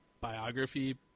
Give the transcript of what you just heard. biography